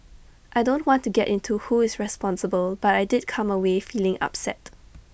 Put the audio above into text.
I don't want to get into who is responsible but I did come away feeling upset